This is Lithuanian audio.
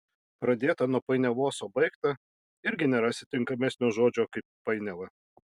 pradėta nuo painiavos o baigta irgi nerasi tinkamesnio žodžio kaip painiava